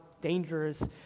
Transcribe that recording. dangerous